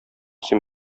син